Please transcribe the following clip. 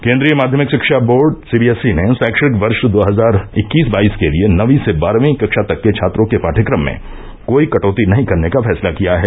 केन्द्रीय माध्यमिक शिक्षा बोर्ड सीबीएसई ने शैक्षणिक वर्ष दो हजार इक्कीस बाईस के लिए नवीं से बारहवीं कक्षा तक के छात्रों के पाठ्यक्रम में कोई कटौती नहीं करने का फैसला किया है